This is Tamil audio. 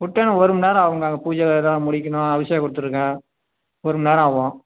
உட்டன் ஒரும் நேரம் ஆவுங்க அங்கே பூஜை வேலைலாம் முடிக்கணும் அபிஷேகம் கொடுத்துருக்கேன் ஒரும் நேரம் ஆவும்